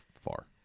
far